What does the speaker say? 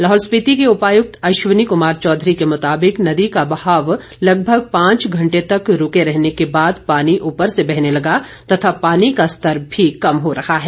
लाहौल स्पीति के उपायुक्त अश्वनी कमार चौधरी के मुताबिक नदी का बहाव लगभग पांच घंटे तक रूके रहने के बाद पानी ऊपर से बहने लगा तथा पानी का स्तर भी कम हो रहा है